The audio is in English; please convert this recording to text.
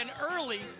early